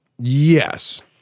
Yes